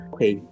Okay